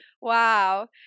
Wow